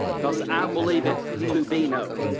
because i believe it to be no.